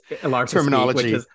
terminology